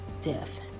death